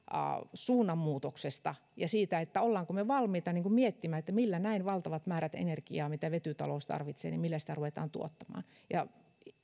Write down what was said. suunnanmuutoksesta ja siitä olemmeko me valmiita miettimään millä näin valtavat määrät energiaa mitä vetytalous tarvitse että millä sitä ruvetaan tuottamaan